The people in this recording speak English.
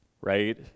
right